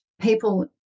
people